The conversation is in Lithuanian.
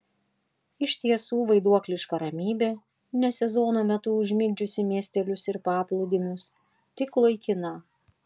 iš tiesų vaiduokliška ramybė ne sezono metu užmigdžiusi miestelius ir paplūdimius tik laikina